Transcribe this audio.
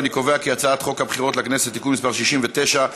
ואני קובע כי הצעת חוק הבחירות לכנסת (תיקון מס' 69),